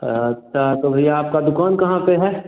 अच्छा तो भैया आपकी दुकान कहाँ पर है